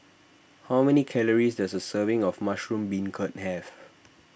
how many calories does a serving of Mushroom Beancurd have